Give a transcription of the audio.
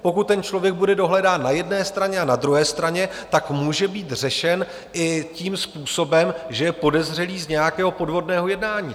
Pokud ten člověk bude dohledán na jedné straně a na druhé straně, může být řešen i tím způsobem, že je podezřelý z nějakého podvodného jednání.